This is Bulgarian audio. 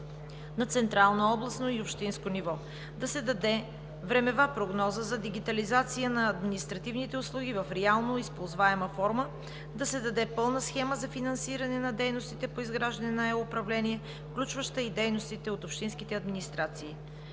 на централно, областно и общинско ниво. Да се даде времева прогноза за дигитализация на административните услуги в реално използваема форма, да се даде пълна схема за финансиране на дейностите по изграждане на е-управление, включваща и дейностите от общинските администрации.